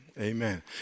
Amen